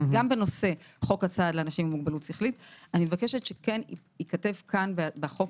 גם בנושא חוק הסעד לאנשים עם מוגבלות שכלית אני מבקשת שייכתב פה בחוק